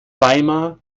weimar